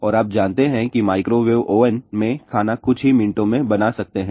और आप जानते हैं कि आप माइक्रोवेव ओवन में खाना कुछ ही मिनटों में बना सकते हैं